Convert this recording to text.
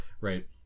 right